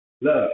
love